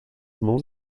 mãos